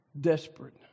desperate